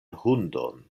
hundon